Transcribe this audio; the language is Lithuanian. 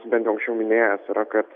bent jau anksčiau minėjęs yra kad